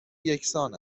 یکسان